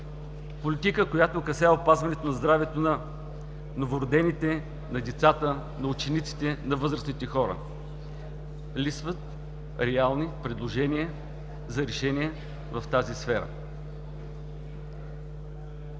Политика, която касае опазването на здравето на новородените, на децата, на учениците, на възрастните хора. Липсват реални предложения за решения в тази сфера.